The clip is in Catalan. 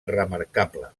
remarcable